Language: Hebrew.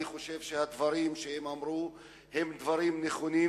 אני חושב שהדברים שהם אמרו הם דברים נכונים,